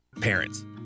Parents